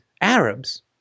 Arabs